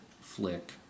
flick